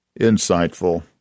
insightful